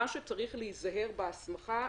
מה שצריך להיזהר בהסמכה,